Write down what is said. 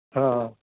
ہاں ہاں